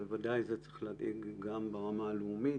וודאי שזה צריך להדאיג גם ברמה הלאומית.